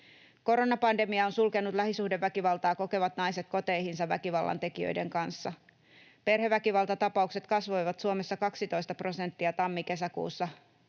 Koronapandemia on sulkenut lähisuhdeväkivaltaa kokevat naiset koteihinsa väkivallan tekijöiden kanssa. Perheväkivaltatapaukset kasvoivat Suomessa 12 prosenttia tammi—kesäkuussa